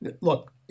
Look